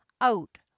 out